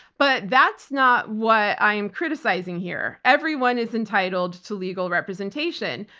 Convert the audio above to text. but that's not what i am criticizing here. everyone is entitled to legal representation.